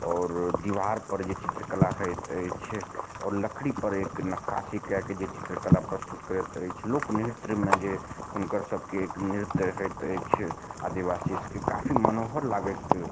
आओर दीवार पर जे चित्रकला होइत अछि आओर लकड़ी पर एक नक्कासी कए कऽ जे चित्रकला प्रस्तुत करैत अछि लोक नृत्यमे जे हुनकर सबके एक नृत्य होइत अछि आदिवासी सबके काफी मनोहर लागैक